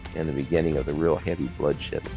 and the beginning of the real heavy bloodshed.